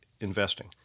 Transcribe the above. investing